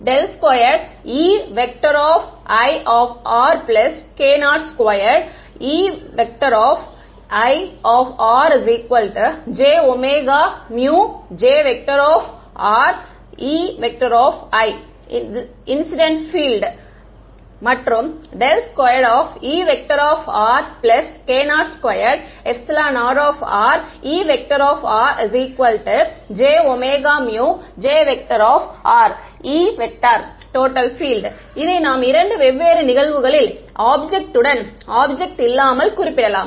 ∇2 Eik02 Ei j J Ei incident field ∇2Ek02 r E j J E total field இதை நாம் இரண்டு வெவ்வேறு நிகழ்வுகளில் ஆப்ஜெக்ட் உடன் ஆப்ஜெக்ட் இல்லாமல் குறிப்பிடலாம்